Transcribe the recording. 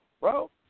bro